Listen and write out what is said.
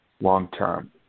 long-term